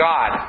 God